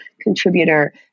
contributor